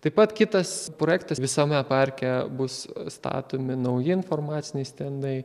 taip pat kitas projektas visame parke bus statomi nauji informaciniai stendai